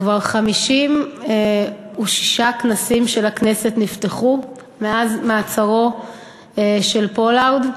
כבר 56 כנסים של הכנסת נפתחו מאז מעצרו של פולארד.